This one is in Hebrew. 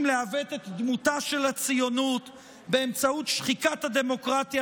לעוות את דמותה של הציונות באמצעות שחיקת הדמוקרטיה